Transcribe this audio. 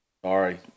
Sorry